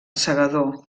segador